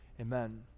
amen